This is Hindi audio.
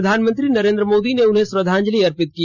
प्रधानमंत्री नरेन्द्र मोदी ने उन्हें श्रद्वाजंलि अर्पित की